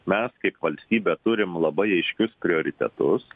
mes kaip valstybė turim labai aiškius prioritetus